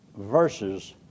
verses